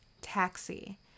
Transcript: taxi